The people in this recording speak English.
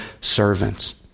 servants